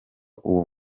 uwo